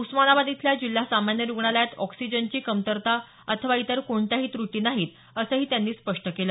उस्मानाबाद इथल्या जिल्हा सामान्य रुग्णालयात ऑक्सिजनची कमतरता अथवा इतर कोणत्याही त्रुटी नाहीत असंही त्यांनी स्पष्ट केलं